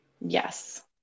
yes